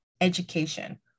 Education